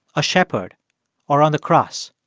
a shepherd or on the cross.